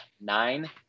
nine